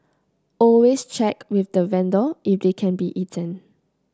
always check with the vendor if they can be eaten